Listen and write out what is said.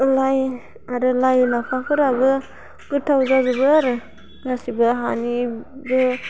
लाइ आरो लाइ लाफाफोराबो गोथाव जाजोबो आरो गासिबो हानि बे